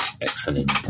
Excellent